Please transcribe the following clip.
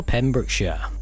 Pembrokeshire